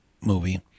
movie